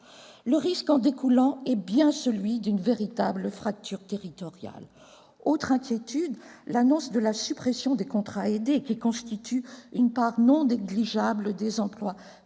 Le risque qui en découle est bien celui d'une véritable fracture territoriale. J'ai une autre inquiétude : l'annonce de la suppression des contrats aidés, qui constituent une part non négligeable des emplois